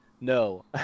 No